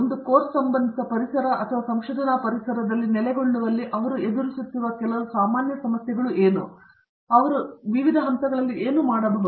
ಒಂದು ಕೋರ್ಸ್ ಸಂಬಂಧಿತ ಪರಿಸರ ಮತ್ತು ಸಂಶೋಧನಾ ಪರಿಸರದಲ್ಲಿ ನೆಲೆಗೊಳ್ಳುವಲ್ಲಿ ಅವರು ಎದುರಿಸುತ್ತಿರುವ ಕೆಲವು ಸಾಮಾನ್ಯ ಸಮಸ್ಯೆಗಳೆಂದರೆ ಅವರು ಹಂತ ಹಂತದ ಸಮಯದಲ್ಲಿ ಏನು ಮಾಡಬಹುದು ಎಂದು